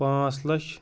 پانٛژھ لَچھ